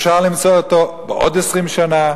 אפשר למצוא אותו בעוד 20 שנה,